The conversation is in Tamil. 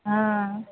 ஆ